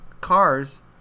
cars